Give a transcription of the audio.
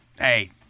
Hey